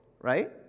Right